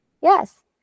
Yes